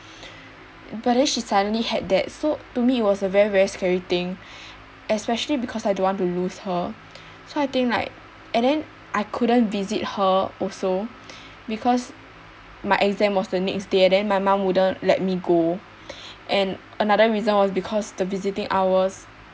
but then she suddenly had that so to me it was a very very scary thing especially I don't want to loss her so I think like and then I couldn't visit her also because my exam was the next day and then my mum wouldn't let me go and another reason was because the visiting hours